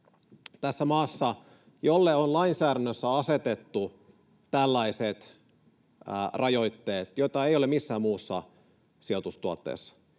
tässä maassa, jolle on lainsäädännössä asetettu tällaiset rajoitteet, joita ei ole missään muussa sijoitustuotteessa.